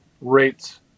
rates